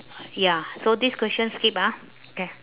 ya so this question skip ah K